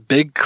Big